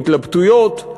התלבטויות.